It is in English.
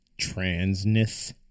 transness